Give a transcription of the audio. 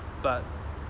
but